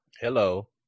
Hello